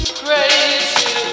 crazy